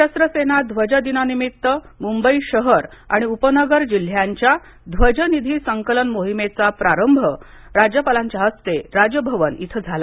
सशस्त्र सेना ध्वज दिनानिमित्त मुंबई शहर आणि उपनगर जिल्ह्यांच्या ध्वज निधी संकलन मोहिमेचा प्रारंभ राज्यपालांच्या हस्ते राजभवन इथं झाला